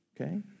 okay